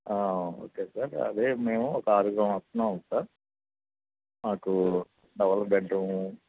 okay sir అదే మేము ఒక ఆరుగురం వస్తున్నాం సార్ మాకూ డబల్ బెడ్రూము